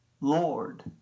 Lord